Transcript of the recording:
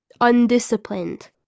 undisciplined